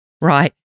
Right